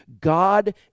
God